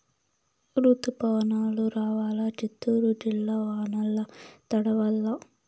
రుతుపవనాలు రావాలా చిత్తూరు జిల్లా వానల్ల తడవల్ల